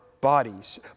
bodies